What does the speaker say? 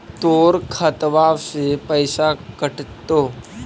तोर खतबा से पैसा कटतो?